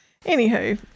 Anywho